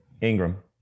Ingram